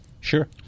Sure